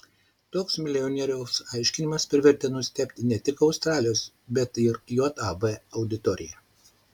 toks milijonieriaus aiškinimas privertė nustebti ne tik australijos bet ir jav auditoriją